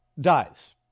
dies